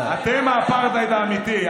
אתם האפרטהייד האמיתי.